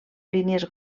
línies